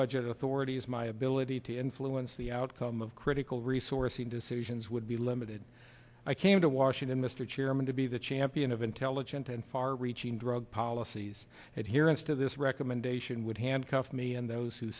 budget authority as my ability to influence the outcome of critical resourcing decisions would be limited i came to washington mr chairman to be the champion of intelligent and far reaching drug policies adherents to this recommendation would handcuff me and those who